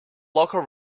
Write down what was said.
local